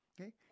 okay